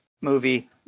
movie